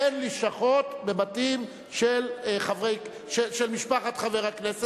אין לשכות בבתים של משפחת חבר הכנסת,